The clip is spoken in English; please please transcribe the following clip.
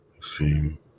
seem